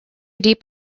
deep